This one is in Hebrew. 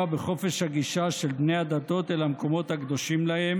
בחופש הגישה של בני הדתות אל המקומות הקדושים להם